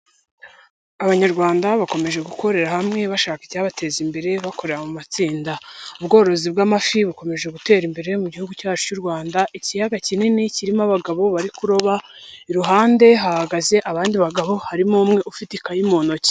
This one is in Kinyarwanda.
Abanyarwanda bakomeje gukorera hamwe bashaka icyabateza imbere bakorera mu matsinda. Ubworozi bw'amafi bukomeje gutera imbere mu gihugu cyacu cy'u Rwanda. Ikiyaga kinini kirimo abagabo bari kuroba, iruhande hahagaze abandi bagabo harimo umwe ufite ikayi mu ntoki.